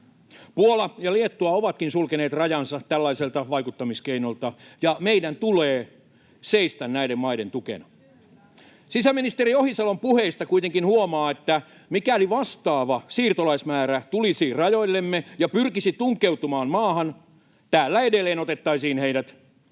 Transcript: Puola ja Liettua ovatkin sulkeneet rajansa tällaiselta vaikuttamiskeinolta, ja meidän tulee seistä näiden maiden tukena. Sisäministeri Ohisalon puheista kuitenkin huomaa, että mikäli vastaava siirtolaismäärä tulisi rajoillemme ja pyrkisi tunkeutumaan maahan, täällä edelleen otettaisiin heidät ja